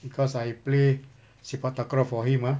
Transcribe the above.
because I play sepak takraw for him ah